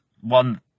one